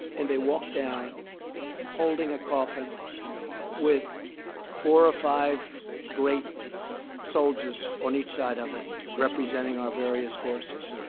and they walk down holding a coffin with four or five great soldiers on each side of it, representing our various forces.